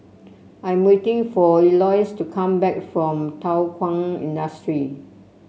i am waiting for Elois to come back from Thow Kwang Industry